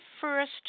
first